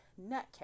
nutcase